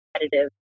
competitive